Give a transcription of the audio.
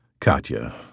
Katya